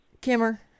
Kimmer